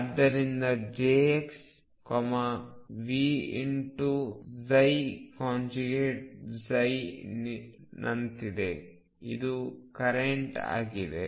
ಆದ್ದರಿಂದ jx v×ψ ನಂತಿದೆ ಇದು ಕರೆಂಟ್ ಆಗಿದೆ